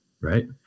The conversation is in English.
Right